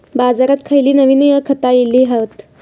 बाजारात खयली नवीन खता इली हत?